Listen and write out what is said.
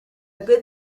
good